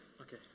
Okay